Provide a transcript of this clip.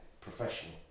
professional